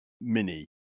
mini